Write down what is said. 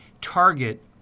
target